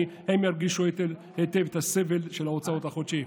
הן ירגישו היטב את הסבל של ההוצאות החודשיות.